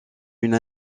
une